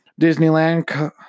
Disneyland